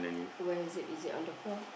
where is it is it on the floor